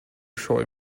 scheu